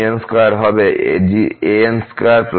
2 হবে